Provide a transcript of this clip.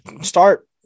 start